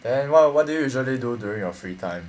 then what what do you usually do during your free time